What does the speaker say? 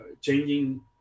changing